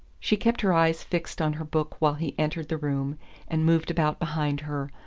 she kept her eyes fixed on her book while he entered the room and moved about behind her,